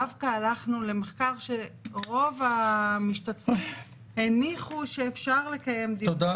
דווקא הלכנו למחקר שרוב המשתתפים הניחו שאפשר לקיים דיון